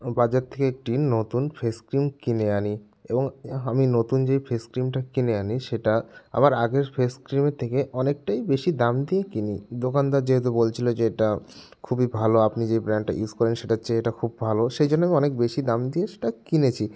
আমি বাজার থেকে একটি নতুন ফেস ক্রিম কিনে আনি এবং আমি নতুন যে ফেস ক্রিমটা কিনে আনি সেটা আমার আগের ফেস ক্রিমের থেকে অনেকটাই বেশি দাম দিয়ে কিনি দোকানদার যেহেতু বলছিল এটা খুবই ভালো আপনি যেই ব্র্যাণ্ডটা ইউজ করেন সেটার চেয়ে এটা খুব ভালো সেই জন্য আমি অনেক বেশি দাম দিয়ে সেটা কিনেছি